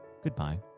goodbye